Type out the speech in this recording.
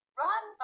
run